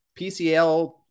pcl